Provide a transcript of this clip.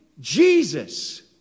Jesus